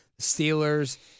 Steelers